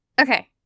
Okay